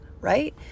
right